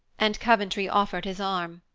and coventry offered his arm.